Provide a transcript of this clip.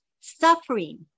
suffering